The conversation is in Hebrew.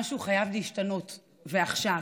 משהו חייב להשתנות, ועכשיו,